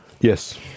Yes